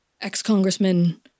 ex-Congressman